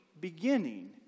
beginning